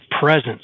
presence